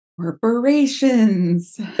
Corporations